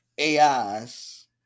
AIs